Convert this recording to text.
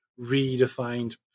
redefined